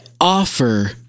offer